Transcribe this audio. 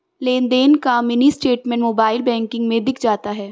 लेनदेन का mini statement mobile banking में दिख जाता है